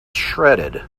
shredded